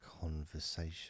conversation